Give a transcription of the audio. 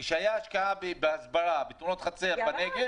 כשהייתה השקעה בהסברה בתאונות חצר בנגב